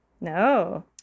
No